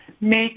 make